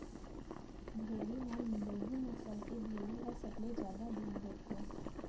भेड़ी म लोही नसल के भेड़ी ह सबले जादा दूद देथे